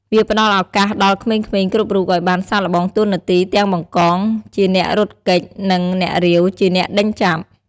វាផ្តល់ឱកាសដល់ក្មេងៗគ្រប់រូបឱ្យបានសាកល្បងតួនាទីទាំង បង្កង ជាអ្នករត់គេច និង អ្នករាវ ជាអ្នកដេញចាប់។